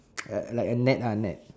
like a net ah net